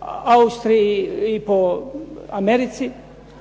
Austriji i po Americi,